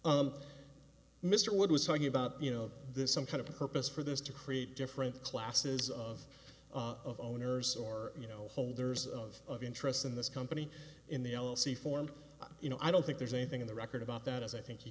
correct mr wood was talking about you know there's some kind of purpose for this to create different classes of of owners or you know holders of interests in this company in the l l c formed you know i don't think there's anything in the record about that as i think